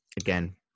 Again